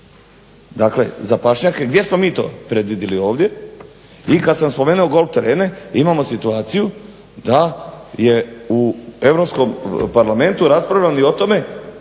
za pašnjake, gdje smo mi to predvidjeli ovdje i kad sam spomenuo golf terene imamo situaciju da je u Europskom parlamentu raspravljano i o tome